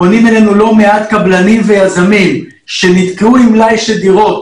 פונים אלינו לא מעט קבלנים ויזמים שנתקעו עם מלאי דירות,